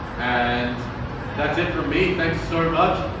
and that's it from me. thanks so much.